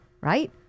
right